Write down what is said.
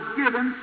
given